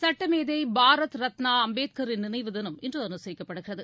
சட்டமேதை பாரத் ரத்னா அம்பேத்கரின் நினைவு தினம் இன்று அனுசரிக்கப்படுகிறது